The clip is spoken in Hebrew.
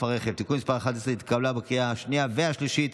הרכב (תיקון מס' 11) התקבלה בקריאה השנייה והשלישית,